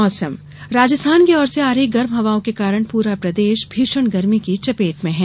मौसम राजस्थान की और से आ रही गर्म हवाओं के कारण पूरा प्रदेश भीषण गर्मी की चपेट में है